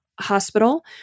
Hospital